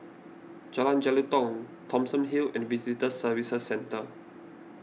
Jalan Jelutong Thomson Hill and Visitor Services Centre